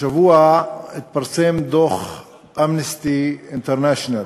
השבוע התפרסם דוח "אמנסטי אינטרנשיונל"